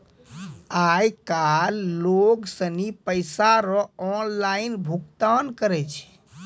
आय काइल लोग सनी पैसा रो ऑनलाइन भुगतान करै छै